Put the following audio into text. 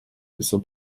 dieser